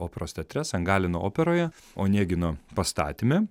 operos teatre san galino operoje oniegino pastatyme